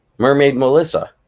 mermaid melissa,